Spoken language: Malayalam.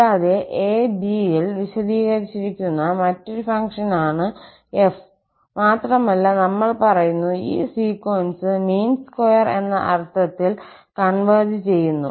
കൂടാതെ 𝑎 𝑏ൽ വിശദീകരിച്ചിരിക്കുന്ന മറ്റൊരു ഫംഗ്ഷനാണ് 𝑓 മാത്രമല്ല നമ്മൾ പറയുന്നു ഈ സീക്വൻസ് മീൻ സ്ക്വയർ എന്ന അർത്ഥത്തിൽ കോൺവെർജ് ചെയ്യുന്നു